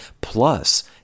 plus